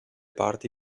parti